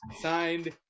signed